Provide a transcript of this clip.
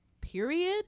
period